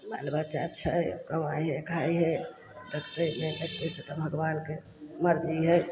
बाल बच्चा छै कमाइ हइ खाइ हइ देखतै नहि देखतै से तऽ भगवानके मर्जी हइ